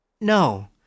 No